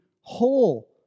whole